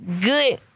good